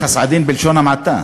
לא יחס עדין בלשון המעטה.